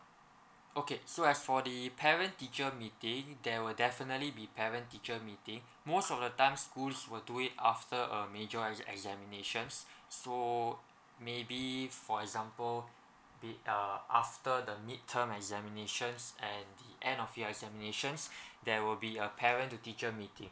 okay so as for the parent teacher meeting there will definitely be parent teacher meeting most of the time schools will do it after a major exa~ examinations so maybe for example the uh after the midterm examinations and the end of year examinations there will be a parent to teacher meeting